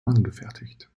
angefertigt